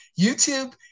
YouTube